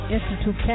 Institute